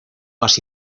más